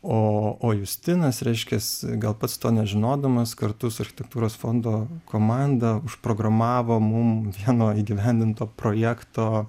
o o justinas reiškias gal pats to nežinodamas kartu su architektūros fondo komanda užprogramavo mum vieno įgyvendinto projekto